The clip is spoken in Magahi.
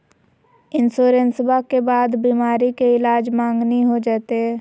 इंसोरेंसबा के बाद बीमारी के ईलाज मांगनी हो जयते?